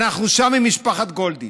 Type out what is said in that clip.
אנחנו שם עם משפחת גולדין.